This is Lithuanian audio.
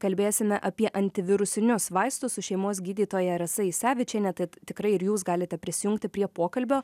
kalbėsime apie antivirusinius vaistus su šeimos gydytoja rasa isevičiene tad tikrai ir jūs galite prisijungti prie pokalbio